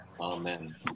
Amen